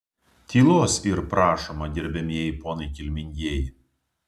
tylos yr prašoma gerbiamieji ponai kilmingieji